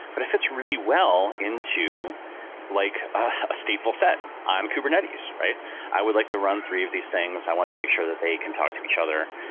but it fits really well into like a stateful set on kubernetes. i would like to run three of these things. i want to make sure that they can talk to each other.